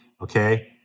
okay